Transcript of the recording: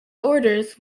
orders